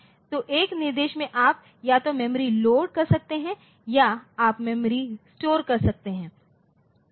तो एक निर्देश में आप या तो मेमोरी से लोड कर सकते हैं या आप मेमोरी में स्टोर कर सकते हैं